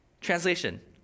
Translation